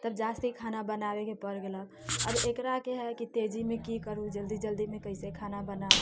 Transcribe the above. तऽ जास्ती खाना बनाबेके पर गेलक अब एकराके हय की तेजीमे की करू जल्दी जल्दीमे कैसे खाना बनाउ